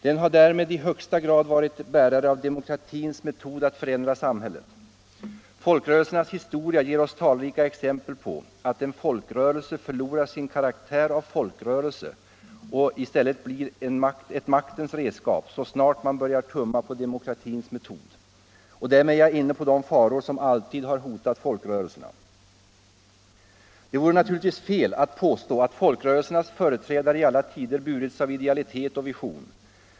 Därmed har den i högsta grad varit bärare av demokratins metod att förändra samhället. Folkrörelsernas historia ger oss talrika exempel på att en folkrörelse förlorar sin karaktär av folkrörelse och i stället blir ett maktens redskap så snart man börjar tumma på demokratins metod. Därmed är jag inne på de faror som alltid har hotat folkrörelserna. Det vore naturligtvis fel att påstå att folkrörelsernas företrädare i alla tider har burits av idealitet och vision.